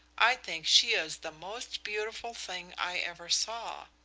i think she is the most beautiful thing i ever saw.